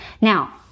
Now